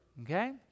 Okay